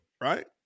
right